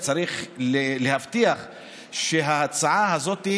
צריך להבטיח שההצעה הזאת,